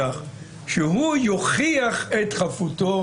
יוכיח את חפותו.